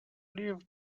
leave